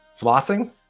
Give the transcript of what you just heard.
Flossing